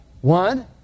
One